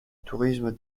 tourisme